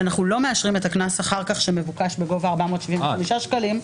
ואנחנו לא מאשרים את הקנס אחר כך שמבוקש בגובה 475 ש"ח,